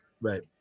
Right